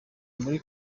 muri